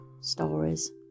stories